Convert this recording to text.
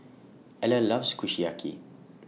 Eller loves Kushiyaki